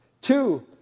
Two